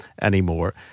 anymore